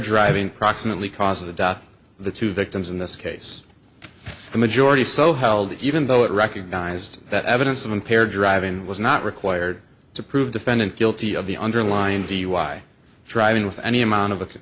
driving proximately cause of the death the two victims in this case a majority so held even though it recognized that evidence of impaired driving was not required to prove defendant guilty of the underlying dui driving with any amount of